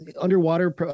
underwater